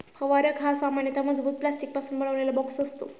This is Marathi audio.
फवारक हा सामान्यतः मजबूत प्लास्टिकपासून बनवलेला बॉक्स असतो